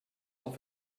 off